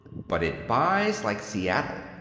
but it buys like seattle.